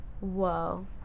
Whoa